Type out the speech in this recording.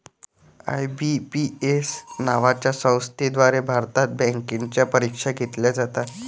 IBPS नावाच्या संस्थेद्वारे भारतात बँकांच्या परीक्षा घेतल्या जातात